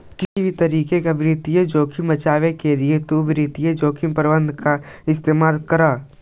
किसी भी तरीके के वित्तीय जोखिम से बचने के लिए तु वित्तीय जोखिम प्रबंधन का इस्तेमाल करअ